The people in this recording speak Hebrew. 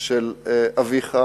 של אביך,